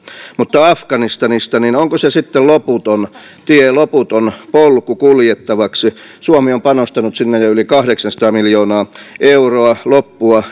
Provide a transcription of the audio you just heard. mutta afganistanista onko se sitten loputon tie loputon polku kuljettavaksi suomi on panostanut sinne jo yli kahdeksansataa miljoonaa euroa loppua